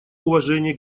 уважении